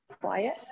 quiet